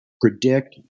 predict